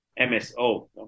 MSO